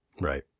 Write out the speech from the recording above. Right